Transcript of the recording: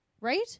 Right